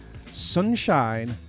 Sunshine